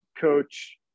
Coach